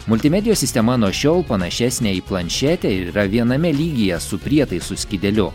multimedijos sistema nuo šiol panašesnė į planšetę ir yra viename lygyje su prietaisų skydeliu